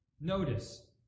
notice